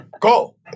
go